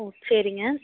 ஓ சரிங்க